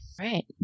right